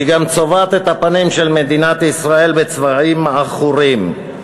היא גם צובעת את הפנים של מדינת ישראל בצבעים עכורים.